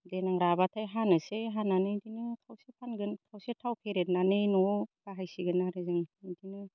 देनां राब्लाथाय हानोसै हानानै इदिनो खावसेखौ फानगोन खावसेखौ थाव फेरेदनानै न'आव बाहायसिगोन आरो जों इदिनो